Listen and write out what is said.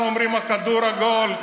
אנחנו אומרים: הכדור עגול.